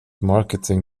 marketing